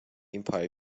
empire